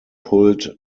pulled